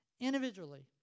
individually